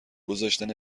گذاشتن